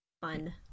fun